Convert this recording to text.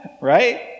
Right